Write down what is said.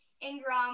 Ingram